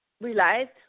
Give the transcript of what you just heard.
realized